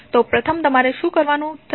તો પ્રથમ તમારે શું કરવાનું છે